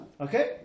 Okay